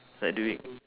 it's like doing